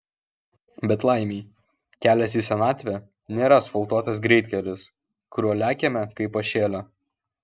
bet laimei kelias į senatvę nėra asfaltuotas greitkelis kuriuo lekiame kaip pašėlę